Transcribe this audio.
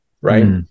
right